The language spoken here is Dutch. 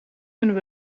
kunnen